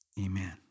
amen